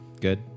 Good